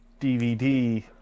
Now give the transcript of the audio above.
DVD